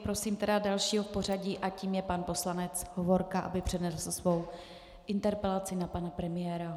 Prosím tedy dalšího v pořadí a tím je pan poslanec Hovorka, aby přednesl svou interpelaci na pana premiéra.